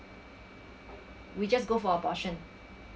we just go for abortion